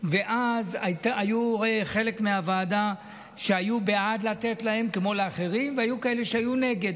ואז חלק מהוועדה היו בעד לתת להם כמו לאחרים והיו כאלה שהיו נגד.